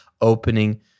opening